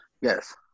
Yes